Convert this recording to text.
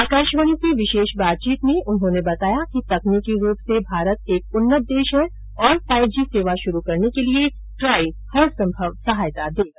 आकाशवाणी से विशेष बातचीत में उन्होंने बताया कि तकनीकी रूप से भारत एक उन्नत देश है और फाइव जी सेवा शुरू करने के लिए ट्राई हरसंभव सहायता देगा